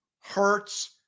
Hurts